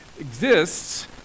exists